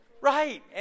right